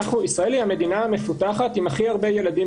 ישראל היא המדינה המפותחת עם הכי הרבה ילדים